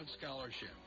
Scholarship